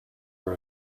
are